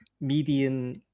median